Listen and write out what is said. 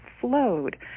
flowed